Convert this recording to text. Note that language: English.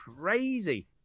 crazy